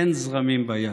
אין זרמים ביהדות.